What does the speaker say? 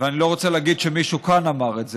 ואני לא רוצה להגיד שמישהו כאן אמר את זה,